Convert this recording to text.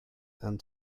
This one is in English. and